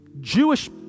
Jewish